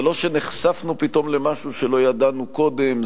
זה לא שנחשפנו פתאום למשהו שלא ידענו קודם,